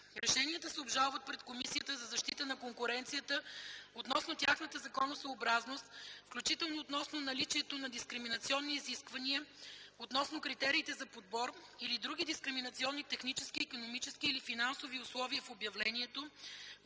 Решенията се обжалват пред Комисията за защита на конкуренцията относно тяхната законосъобразност, включително относно наличието на дискриминационни изисквания, относно критериите за подбор или други дискриминационни технически, икономически или финансови условия в обявлението,